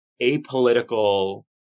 apolitical